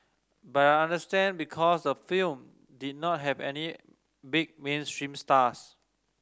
but I understand because the film did not have any big mainstream stars